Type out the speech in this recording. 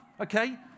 Okay